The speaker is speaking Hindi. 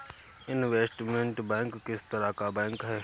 इनवेस्टमेंट बैंक किस तरह का बैंक है?